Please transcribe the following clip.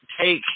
take